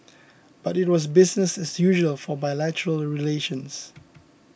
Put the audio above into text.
but it was business as usual for bilateral relations